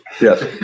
Yes